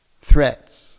threats